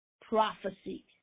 prophecy